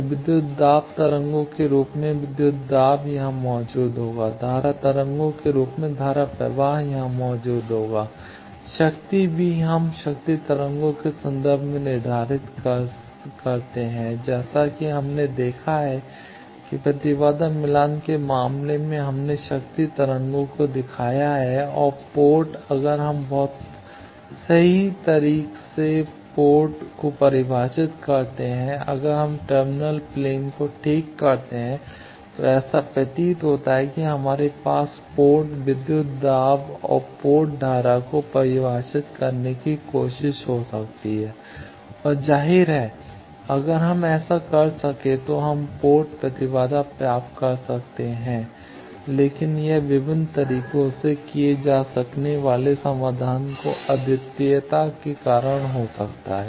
तो विद्युत दाब तरंगों के रूप में विद्युत दाब यहां मौजूद होगा धारा तरंगों के रूप में धारा प्रवाह यहां मौजूद होगा शक्ति भी हम शक्ति तरंगों के संदर्भ में निर्धारित करते हैं जैसा कि हमने देखा है प्रतिबाधा मिलान के मामले में हमने शक्ति तरंगों को दिखाया है और पोर्ट अगर हम बहुत सटीक तरीके से पोर्ट को परिभाषित कर सकते हैं अगर हम टर्मिनल प्लेन को ठीक करते हैं तो ऐसा प्रतीत होता है कि हमारे पास पोर्ट विद्युत दाब और पोर्ट धारा को परिभाषित करने की कोशिश हो सकती है और जाहिर है अगर हम ऐसा कर सकें तो हम पोर्ट प्रतिबाधा प्राप्त कर सकते हैं लेकिन यह विभिन्न तरीकों से किए जा सकने वाले समाधानों की अद्वितीयता के कारण हो सकता है